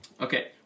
Okay